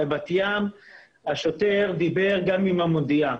בבת ים השוטר דיבר גם עם המודיעה.